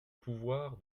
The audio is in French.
pouvoir